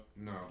No